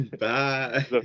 Bye